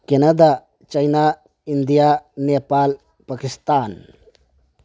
Canada China India Nepal Pakistan